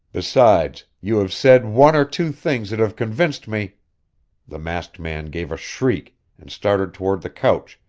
besides, you have said one or two things that have convinced me the masked man gave a shriek and started toward the couch,